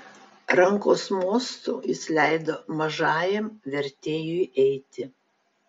rankos mostu jis leido mažajam vertėjui eiti